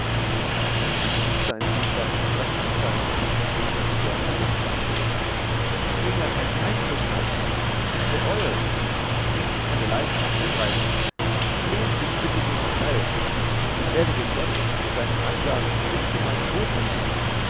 laß gut sein priester laß gut sein murmelte der erschütterte rajput ich bin ja kein feind krishnas ich bereue ich ließ mich von der leidenschaft hinreißen flehentlich bitte ich um verzeihung ich werde dem gott und seinem ansa bis zu meinem tod dienen